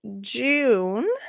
June